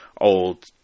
old